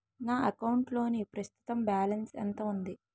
నా అకౌంట్ లోని ప్రస్తుతం బాలన్స్ ఎంత ఉంది?